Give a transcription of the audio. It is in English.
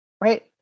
right